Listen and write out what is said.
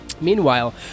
Meanwhile